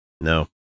No